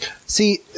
See